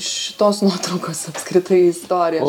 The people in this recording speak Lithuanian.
šitos nuotraukos apskritai istorija